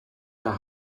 der